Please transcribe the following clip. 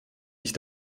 ich